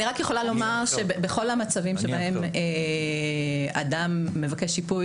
אני רק יכולה לומר שבכל המצבים שבהם אדם מבקש שיפוי,